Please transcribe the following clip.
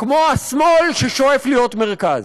כמו השמאל ששואף להיות מרכז.